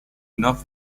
enough